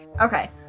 Okay